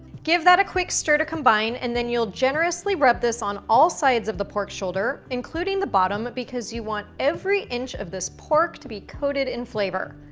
give that a quick stir to combine and then you'll generously rub this on all sides of the pork shoulder, including the bottom because you want every inch of this pork to be coated in flavor.